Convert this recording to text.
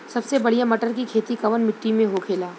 सबसे बढ़ियां मटर की खेती कवन मिट्टी में होखेला?